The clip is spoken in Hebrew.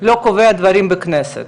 לא קובע דברים בכנסת.